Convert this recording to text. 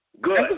Good